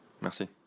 Merci